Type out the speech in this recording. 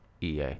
EA